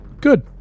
Good